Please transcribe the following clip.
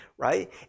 Right